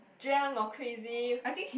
drunk or crazy